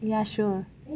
ya sure